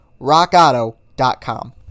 rockauto.com